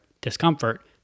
discomfort